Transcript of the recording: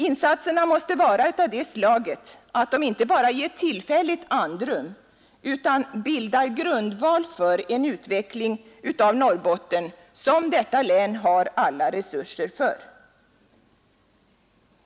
Insatserna måste vara av det slaget att de inte bara ger tillfälligt andrum utan bildar grundval för en utveckling av Norrbotten som detta län har alla resurser för.